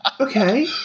Okay